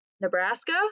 Nebraska